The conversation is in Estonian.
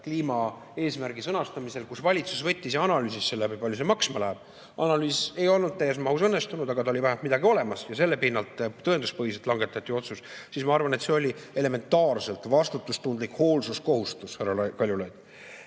kliimaeesmärgi sõnastamisel, kus valitsus võttis ja analüüsis läbi, kui palju see maksma läheb. Analüüs ei olnud täies mahus õnnestunud, aga oli vähemalt midagi olemas ja selle pinnalt, tõenduspõhiselt langetati otsus. Ma arvan, et see oli elementaarselt vastutustundlik hoolsuskohustus, härra Kaljulaid.